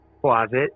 closet